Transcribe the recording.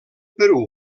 perú